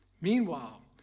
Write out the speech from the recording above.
Meanwhile